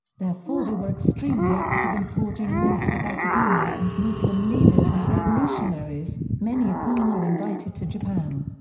therefore they were extremely active in forging links with academia and muslim leaders and revolutionaries, many of whom were invited to japan.